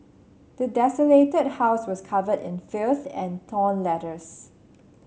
the desolated house was covered in filth and torn letters